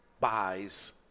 buys